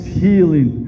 healing